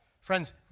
Friends